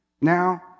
now